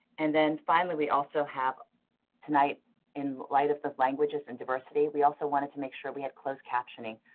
and then finally we also have tonight in light of the languages and diversity, we also wanted to make sure we had closed captioning,